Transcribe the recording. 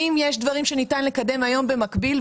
האם יש דברים שניתן לקדם היום במקביל,